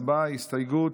הצבעה על הסתייגות.